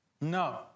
No